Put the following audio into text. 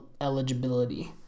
eligibility